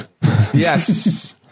Yes